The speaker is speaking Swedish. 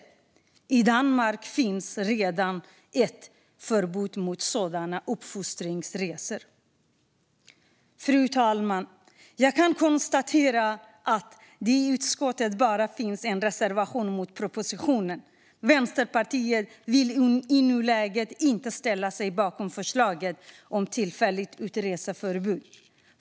I Danmark finns redan ett förbud mot sådana uppfostringsresor. Fru talman! Jag kan konstatera att det i utskottet bara finns en reservation mot propositionen: Vänsterpartiet vill i nuläget inte ställa sig bakom förslaget om tillfälligt utreseförbud.